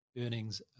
earnings